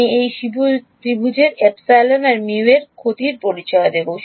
আমি সেই ত্রিভুজের অ্যাপসিলন আর মিউ আর এর ক্ষতির পরিচয় দেব